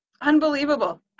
Unbelievable